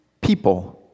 people